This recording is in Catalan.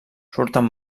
surten